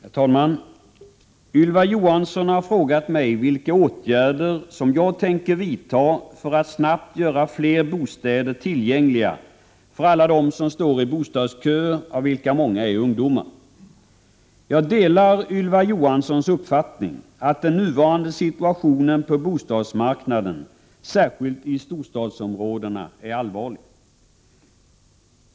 Herr talman! Ylva Johansson har frågat mig vilka åtgärder som jag tänker vidta för att snabbt göra fler bostäder tillgängliga för alla dem som står i bostadsköer, av vilka många är ungdomar. Jag delar Ylva Johanssons uppfattning att den nuvarande situationen på bostadsmarknaden, särskilt i storstadsområdena, är allvarlig.